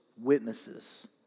Witnesses